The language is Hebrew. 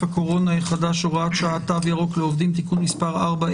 הקורונה החדש (הוראת שעה) (תו ירוק לעובדים) (תיקון מס' 4),